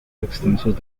extensos